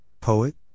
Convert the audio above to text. poet